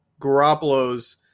Garoppolo's